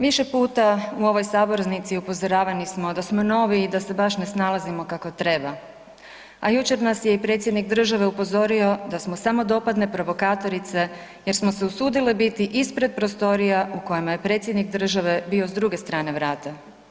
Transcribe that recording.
Više puta u ovoj sabornici upozoravani smo da smo novi i da se baš ne snalazimo kako treba, a jučer nas je i predsjednik države upozorio da smo samodopadne provokatorice jer smo se usudile biti ispred prostorija u kojima je predsjednik države bio s druge strane vrata.